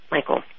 Michael